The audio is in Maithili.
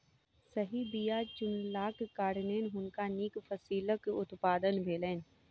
सही बीया चुनलाक कारणेँ हुनका नीक फसिलक उत्पादन भेलैन